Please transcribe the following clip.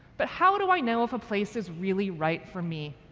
but how do i know if a place is really right for me?